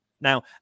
Now